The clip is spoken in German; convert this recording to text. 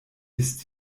ist